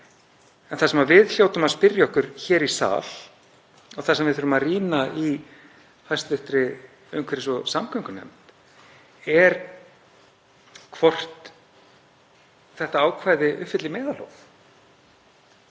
En það sem við hljótum að spyrja okkur hér í sal, það sem við þurfum að rýna í í hv. umhverfis- og samgöngunefnd, er hvort þetta ákvæði uppfylli meðalhóf.